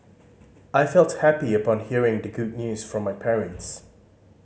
I felt happy upon hearing the good news from my parents